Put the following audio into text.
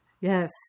Yes